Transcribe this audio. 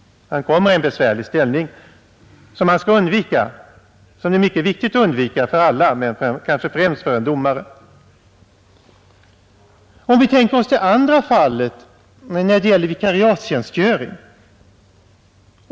Han kommer i en besvärlig ställning som det för alla men kanske främst för en domare är mycket viktigt att undvika. Låt oss tänka oss det andra fallet, vikariatstjänstgöring.